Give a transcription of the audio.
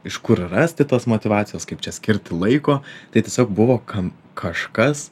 iš kur rasti tos motyvacijos kaip čia skirti laiko tai tiesiog buvo kam kažkas